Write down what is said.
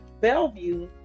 Bellevue